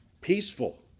Peaceful